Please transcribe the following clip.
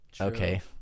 okay